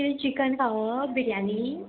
कितें चिकन खावप बिर्याणी